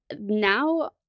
Now